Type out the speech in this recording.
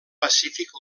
pacífic